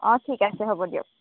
অঁ ঠিক আছে হ'ব দিয়ক